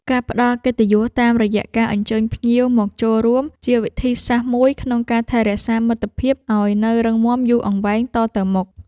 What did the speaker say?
ការផ្ដល់កិត្តិយសតាមរយៈការអញ្ជើញភ្ញៀវមកចូលរួម ជាវិធីសាស្រ្តមួយក្នុងការថែរក្សាមិត្តភាពឱ្យនៅរឹងមាំយូរអង្វែងតទៅមុខ។